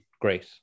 great